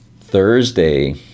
Thursday